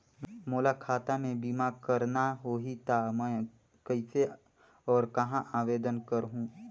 मोला खाता मे बीमा करना होहि ता मैं कइसे और कहां आवेदन करहूं?